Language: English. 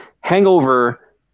Hangover